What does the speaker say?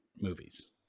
movies